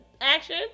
action